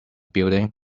building